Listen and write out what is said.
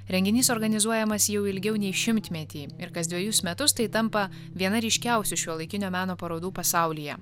renginys organizuojamas jau ilgiau nei šimtmetį ir kas dvejus metus tai tampa viena ryškiausių šiuolaikinio meno parodų pasaulyje